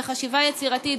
בחשיבה יצירתית,